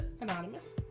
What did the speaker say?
anonymous